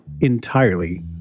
entirely